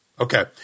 Okay